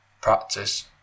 practice